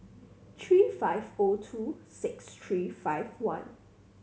three five O two six three five one